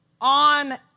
on